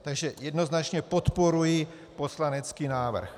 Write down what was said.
Takže jednoznačně podporuji poslanecký návrh.